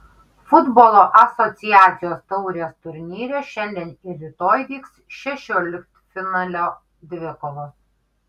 futbolo asociacijos taurės turnyre šiandien ir rytoj vyks šešioliktfinalio dvikovos